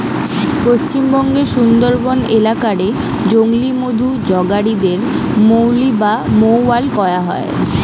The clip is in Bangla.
পশ্চিমবঙ্গের সুন্দরবন এলাকা রে জংলি মধু জগাড়ি দের মউলি বা মউয়াল কয়া হয়